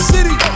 City